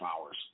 hours